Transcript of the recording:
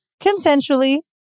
consensually